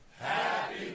Happy